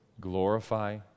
glorify